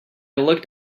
looked